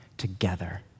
together